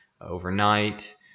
overnight